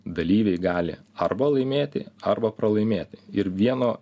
dalyviai gali arba laimėti arba pralaimėti ir vieno